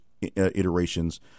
iterations